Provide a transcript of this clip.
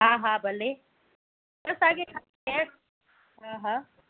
हा हा भले त असांखे छा केरु हा हा